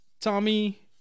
Tommy